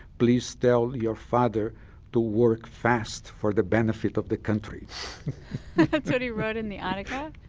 please tell your father to work fast for the benefit of the country that's what he wrote in the autograph?